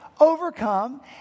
Overcome